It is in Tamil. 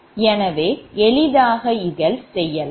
எனவே எளிதாக இதை நீங்கள் செய்யலாம்